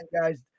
guys